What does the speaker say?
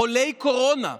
חולי קורונה.